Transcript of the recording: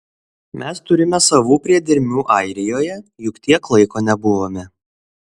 mes turime savų priedermių airijoje juk tiek laiko nebuvome